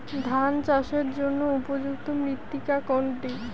ধান চাষের জন্য উপযুক্ত মৃত্তিকা কোনটি?